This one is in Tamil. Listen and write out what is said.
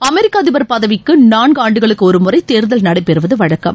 அமெரிக்க அதிபர் பதவிக்கு நான்கு ஆண்டுகளுக்கு ஒருமுறை தேர்தல் நடைபெறுவது வழக்கம்